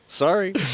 Sorry